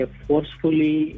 forcefully